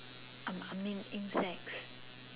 um I mean insects